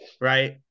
right